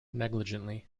negligently